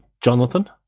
Jonathan